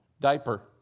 Diaper